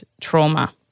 trauma